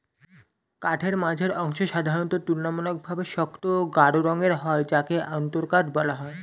কাঠের মাঝের অংশ সাধারণত তুলনামূলকভাবে শক্ত ও গাঢ় রঙের হয় যাকে অন্তরকাঠ বলা হয়